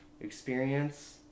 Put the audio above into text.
experience